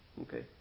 Okay